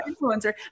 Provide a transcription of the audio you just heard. influencer